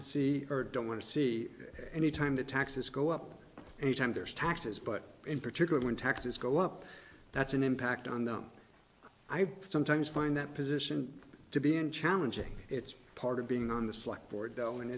to see or don't want to see any time the taxes go up any time there's taxes but in particular when taxes go up that's an impact on them i sometimes find that position to be in challenging it's part of being on the select board though and